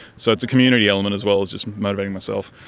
so it's a community element as well as just motivating myself.